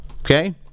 Okay